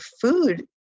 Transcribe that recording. food